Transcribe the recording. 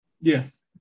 yes